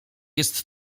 jest